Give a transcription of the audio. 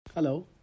Hello